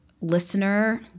listener